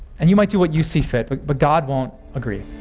and you might do what you see fit but but god won't agree.